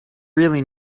really